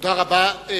תודה רבה.